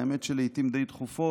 האמת היא שלעיתים די תכופות,